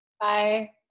Bye